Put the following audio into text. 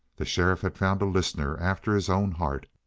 the sheriff had found a listener after his own heart.